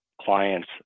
clients